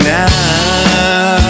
now